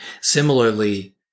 Similarly